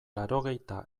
laurogeita